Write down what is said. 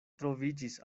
troviĝis